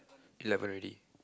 eleven already